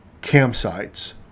campsites